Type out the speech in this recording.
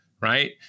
right